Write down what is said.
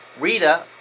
Rita